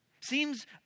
Seems